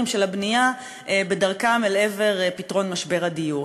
של הבנייה בדרכם לעבר פתרון משבר הדיור.